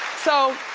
so.